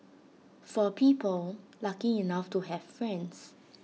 for people lucky enough to have friends